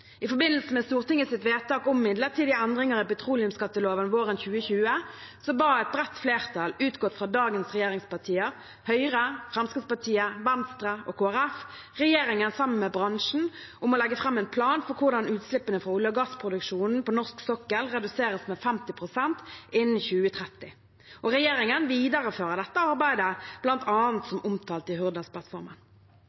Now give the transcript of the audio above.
I forbindelse med Stortingets vedtak om midlertidige endringer i petroleumsskatteloven våren 2020 ba et bredt flertall – utgått fra dagens regjeringspartier samt Høyre, Fremskrittspartiet, Venstre og Kristelig Folkeparti – regjeringen sammen med bransjen om å legge fram en plan for hvordan utslippene fra olje- og gassproduksjonen på norsk sokkel kunne reduseres med 50 pst. innen 2030. Regjeringen viderefører dette arbeidet,